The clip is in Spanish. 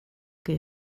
que